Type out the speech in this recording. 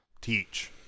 teach